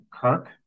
Kirk